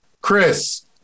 Chris